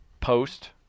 post